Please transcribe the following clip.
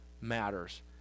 matters